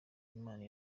imana